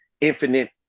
infinite